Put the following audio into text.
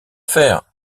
faire